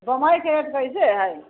बम्केबई rate कैसे हय